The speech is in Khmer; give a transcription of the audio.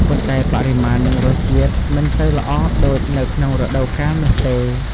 ប៉ុន្តែ បរិមាណនិងរសជាតិមិនសូវល្អដូចនៅក្នុងរដូវកាលនោះទេ។